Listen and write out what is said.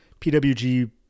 PWG